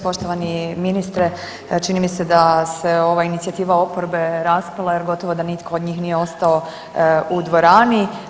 Poštovani ministre, čini mi se da se ova inicijativa oporbe raspala jer gotovo da nitko od njih nije ostao u dvorani.